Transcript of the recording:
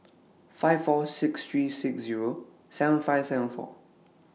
five four six three six Zero seven five seven four